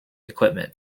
equipment